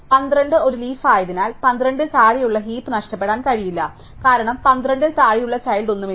12 ഒരു ലീഫ് ആയതിനാൽ 12 ൽ താഴെയുള്ള ഹീപ് നഷ്ടപ്പെടാൻ കഴിയില്ല കാരണം 12 ൽ താഴെയുള്ള ചൈൽഡ് ഒന്നുമില്ല